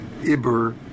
Iber